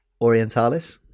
Orientalis